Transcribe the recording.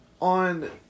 on